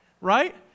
right